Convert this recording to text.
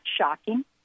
shocking